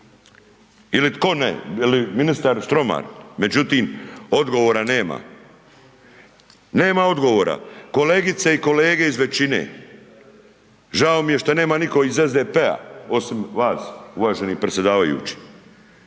ili tko ne ili ministar Štromar, međutim odgovora nema. Nema odgovora. Kolegice i kolege iz većine, žao mi je što nema nitko iz SDP-a osim vas uvaženi predsjedavajući,